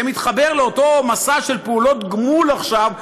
זה מתחבר לאותו מסע של פעולות גמול עכשיו,